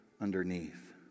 underneath